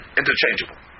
interchangeable